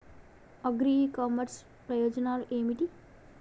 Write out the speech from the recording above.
Agri e commerce ప్రయోజనాలు ఏమిటి?